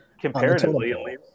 comparatively